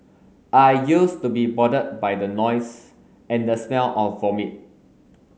I used to be bothered by the noise and the smell of vomit